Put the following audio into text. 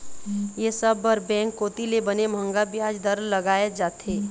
ये सब बर बेंक कोती ले बने मंहगा बियाज दर लगाय जाथे